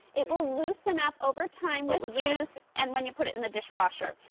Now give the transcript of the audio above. it will loosen up over time with use and when you put it in the dish washer.